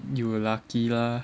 you lucky lah